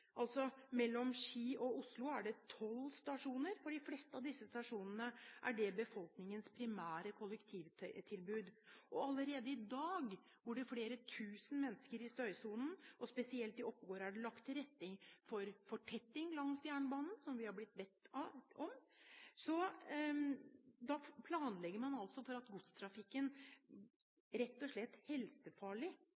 Mellom Ski og Oslo er det tolv stasjoner. De fleste av disse stasjonene er befolkningens primære kollektivtilbud. Allerede i dag bor det flere tusen mennesker i støysonen, og spesielt i Oppegård er det lagt til rette for fortetting langs jernbanen, som vi har blitt bedt om. Da planlegger man altså for at godstrafikken,